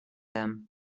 him